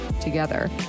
together